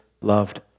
loved